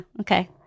Okay